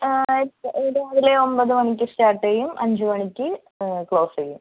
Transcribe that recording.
ഇത് രാവിലെ ഒൻപത് മണിക്ക് സ്റ്റാട്ട് ചെയ്യും അഞ്ച് മണിക്ക് ക്ലോസ്സ് ചെയ്യും